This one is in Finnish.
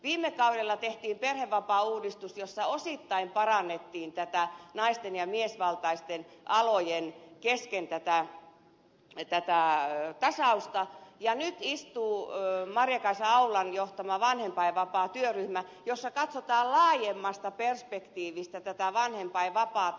viime kaudella tehtiin perhevapaauudistus jossa osittain parannettiin nais ja miesvaltaisten alojen kesken tätä tasausta ja nyt istuu maria kaisa aulan johtama vanhempainvapaatyöryhmä jossa katsotaan laajemmasta perspektiivistä tätä vanhempainvapaata